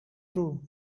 true